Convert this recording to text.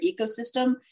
ecosystem